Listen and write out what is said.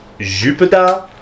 Jupiter